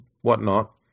whatnot